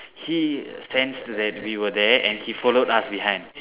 he sense that we were there and he followed us behind